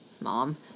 mom